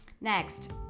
Next